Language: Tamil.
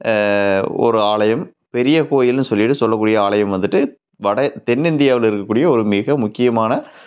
ஒரு ஆலயம் பெரிய கோயில்ன்னு சொல்லிவிட்டு சொல்ல கூடிய ஆலயம் வந்துவிட்டு வட தென்னிந்தியாவில் இருக்கக்கூடிய ஒரு மிக முக்கியமான